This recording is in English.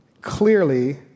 clearly